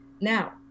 Now